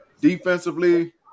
defensively